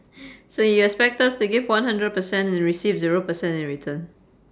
so you expect us to give one hundred percent and receive zero percent in return